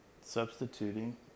substituting